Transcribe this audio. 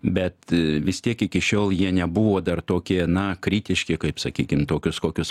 bet vis tiek iki šiol jie nebuvo dar tokie na kritiški kaip sakykim tokius kokius